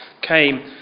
came